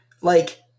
Like-